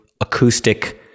acoustic